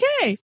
okay